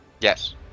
Yes